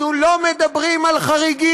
אנחנו לא מדברים על חריגים,